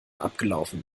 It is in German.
abgelaufen